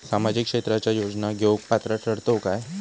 सामाजिक क्षेत्राच्या योजना घेवुक पात्र ठरतव काय?